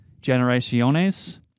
generaciones